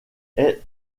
est